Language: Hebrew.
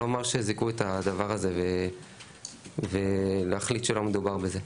שזיכו את הדבר הזה ולהחליט שלא מדובר בזה.